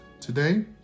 today